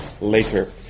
later